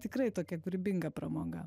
tikrai tokia kūrybinga pramoga